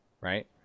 right